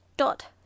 dot